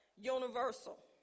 Universal